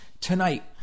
Tonight